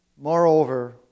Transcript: Moreover